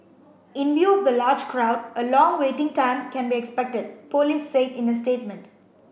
in view of the large crowd a long waiting time can be expected police said in a statement